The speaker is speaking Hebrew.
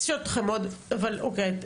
אבל אוקיי,